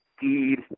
deed